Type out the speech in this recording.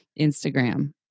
Instagram